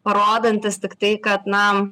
parodantis tiktai kad na